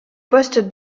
poste